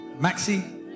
Maxi